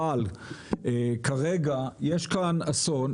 אבל כרגע יש כאן אסון,